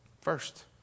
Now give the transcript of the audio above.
first